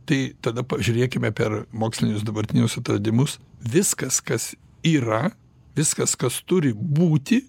tai tada pažiūrėkime per mokslinius dabartinius atradimus viskas kas yra viskas kas turi būti